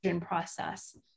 process